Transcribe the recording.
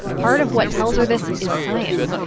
part of what tells her this is science.